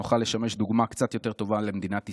נוכל לשמש דוגמה קצת יותר טובה למדינת ישראל,